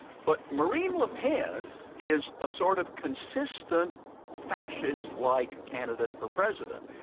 but marine le pen is a sort of consistent fascist-like candidate for president.